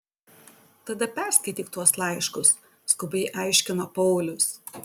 tada perskaityk tuos laiškus skubiai aiškino paulius